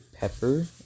Pepper